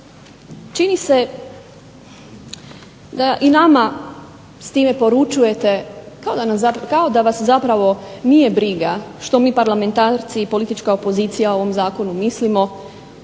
čini se da i nama s time poručujete kao da vas zapravo nije briga što mi parlamentarci i politička opozicija o ovom zakonu mislimo,